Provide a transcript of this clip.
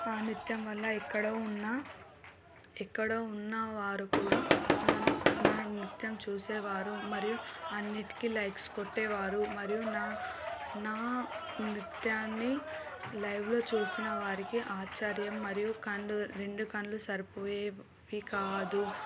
ఆ నృత్యం వల్ల ఎక్కడో ఉన్న ఎక్కడో ఉన్న వారు కూడా నన్ నా నృత్యం చూసే వారు మరియు అన్నిటికీ లైక్స్ కొట్టే వారు మరియు నా నా నృత్యాన్ని లైవ్లో చూసిన వారికి ఆశ్చర్యం మరియు కండ్ రెండు కళ్ళు సరిపోయేవి కాదు